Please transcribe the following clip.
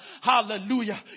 hallelujah